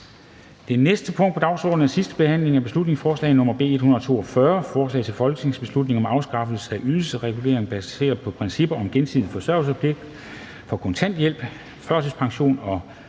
Det næste punkt på dagsordenen er: 17) 2. (sidste) behandling af beslutningsforslag nr. B 142: Forslag til folketingsbeslutning om afskaffelse af ydelsesregulering baseret på principperne om gensidig forsørgerpligt for kontanthjælpsmodtagere, førtidspensionister